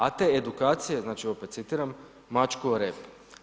A te edukacije, znači, opet citiram, mačku o rep.